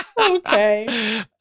Okay